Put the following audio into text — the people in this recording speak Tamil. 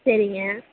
சரிங்க